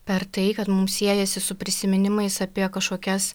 per tai kad mums siejasi su prisiminimais apie kažkokias